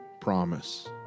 promise